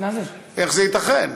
איך זה ייתכן?